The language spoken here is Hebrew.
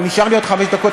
אבל נשארו לי עוד חמש דקות,